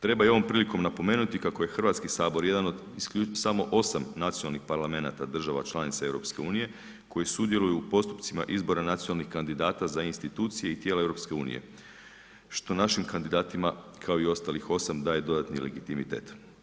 Treba i ovom prilikom napomenuti kako je Hrvatski sabor samo osam nacionalnih parlamenata država članica EU koji sudjeluju u postupcima izbora nacionalnih kandidata za institucije i tijela EU, što našim kandidatima kao i ostalih osam daje dodatni legitimitet.